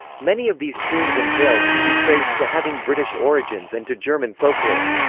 many of these tunes and tales can be traced to having british origins and to german folklore.